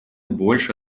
больше